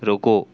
رکو